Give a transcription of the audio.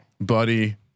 Buddy